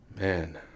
Man